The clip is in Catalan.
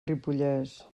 ripollès